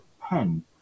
pen